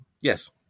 Yes